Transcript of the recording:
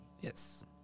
Yes